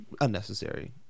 unnecessary